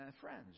friends